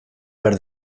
behar